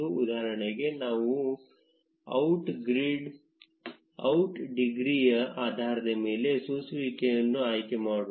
ಉದಾಹರಣೆಗೆ ನಾವು ಔಟ್ ಡಿಗ್ರಿಯ ಆಧಾರದ ಮೇಲೆ ಸೋಸುವಿಕೆ ಅನ್ನು ಆಯ್ಕೆ ಮಾಡೋಣ